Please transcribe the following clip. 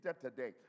today